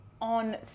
on